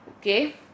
Okay